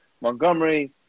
Montgomery